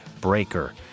Breaker